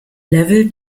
level